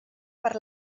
per